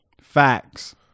Facts